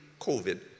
COVID